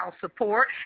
support